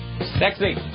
Sexy